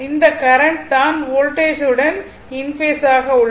இந்த கரண்ட் தான் வோல்டேஜ் உடன் இன் பேஸ் ஆக உள்ளது